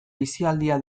aisialdia